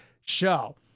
show